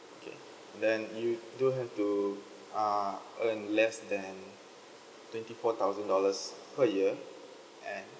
okay and then you don't have to uh earned less than twenty four thousand dollars per year and